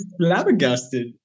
flabbergasted